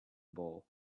ball